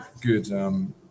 good